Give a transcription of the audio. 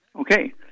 Okay